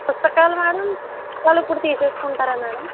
పుస్తకాలు మేడం పుస్తకాలు ఇప్పుడు తీసేసుకుంటారా మేడం